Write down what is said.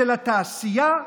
של התעשייה,